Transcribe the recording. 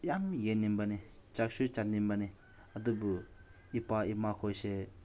ꯌꯥꯝ ꯌꯦꯡꯅꯤꯡꯕꯅꯤ ꯆꯠꯁꯨ ꯆꯠꯅꯤꯡꯕꯅꯤ ꯑꯗꯨꯕꯨ ꯏꯄꯥ ꯏꯃꯥꯈꯣꯏꯁꯦ